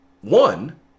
one